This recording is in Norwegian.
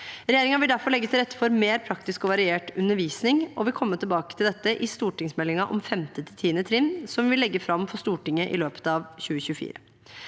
Regjeringen vil derfor legge til rette for mer praktisk og variert undervisning og vil komme tilbake til dette i stortingsmeldingen om 5.– 10. trinn, som vi legger fram for Stortinget i løpet av 2024.